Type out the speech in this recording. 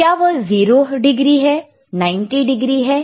क्या वह 0 डिग्री है 90 डिग्री है या फिर 180 डिग्री है